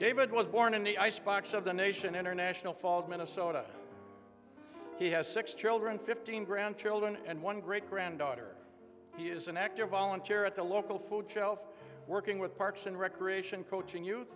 david was born in the icebox of the nation international falls minnesota he has six children fifteen grandchildren and one great granddaughter he is an active volunteer at the local food shelf working with parks and recreation coaching youth